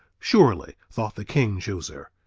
surely, thought the king-chooser,